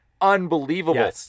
Unbelievable